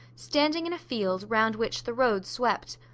standing in a field, round which the road swept.